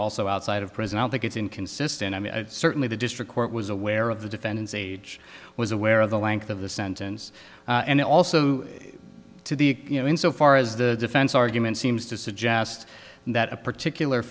also outside of prison i don't think it's inconsistent i mean certainly the district court was aware of the defendant's age was aware of the length of the sentence and also to the you know in so far as the defense argument seems to suggest that a particular